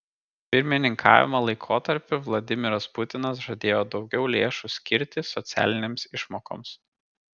pirmininkavimo laikotarpiu vladimiras putinas žadėjo daugiau lėšų skirti socialinėms išmokoms